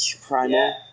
Primal